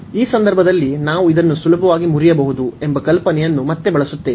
ಈ ಸಂದರ್ಭದಲ್ಲಿ ನಾವು ಇದನ್ನು ಸುಲಭವಾಗಿ ಮುರಿಯಬಹುದು ಎಂಬ ಕಲ್ಪನೆಯನ್ನು ಮತ್ತೆ ಬಳಸುತ್ತೇವೆ